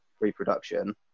reproduction